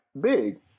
big